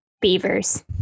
beavers